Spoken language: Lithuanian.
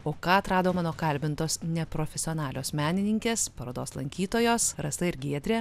o ką atrado mano kalbintos neprofesionalios menininkės parodos lankytojos rasa ir giedrė